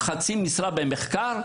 חצי משרה במחקר,